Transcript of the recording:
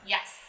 Yes